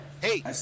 Hey